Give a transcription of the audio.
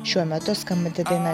šiuo metu skambanti daina